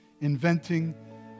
inventing